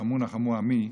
"נחמו נחמו עמי",